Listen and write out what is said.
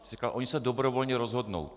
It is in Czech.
Říkal: oni se dobrovolně rozhodnou.